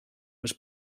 was